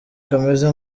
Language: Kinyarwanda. kameze